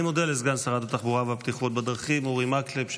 אני מודה לסגן שרת התחבורה והבטיחות בדרכים אורי מקלב,